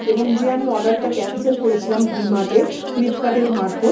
এবং যে আমি অর্ডারটা ক্যান্সেল করেছিলাম ভি মার্টএ ফ্লিপকার্টের মারফত